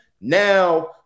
now